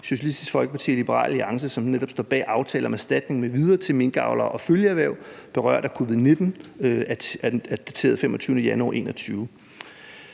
Socialistisk Folkeparti og Liberal Alliance netop står bag, om erstatning m.v. til minkavlere og følgeerhverv berørt af covid-19 dateret den 25. januar 2021.